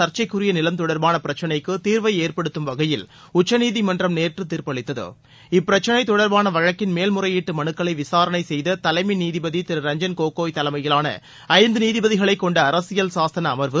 சர்ச்சைக்குரிய நிலம் தொடர்பான பிரச்னைக்கு தீர்வை ஏற்படுத்தும் வகையில் உச்சநீதிமன்றம் நேற்று தீர்ப்பளித்தது இப்பிரச்சினை தொடர்பான வழக்கின் மேல் முறையீட்டு மனுக்களை விசாரணை செய்த தலைமை நீதிபதி திரு ரஞ்சன்கோகோய் தலைமையிலான ஐந்து நீதிபதிகளைக் கொண்ட அரசியல் சாசன அமர்வு